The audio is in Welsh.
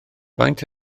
faint